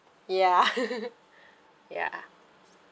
ya ya